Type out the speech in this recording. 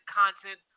content